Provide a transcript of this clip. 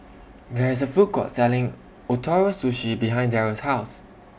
There IS A Food Court Selling Ootoro Sushi behind Darrel's House